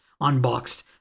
unboxed